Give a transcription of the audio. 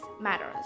matters